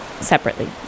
separately